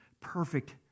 perfect